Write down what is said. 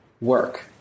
work